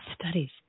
studies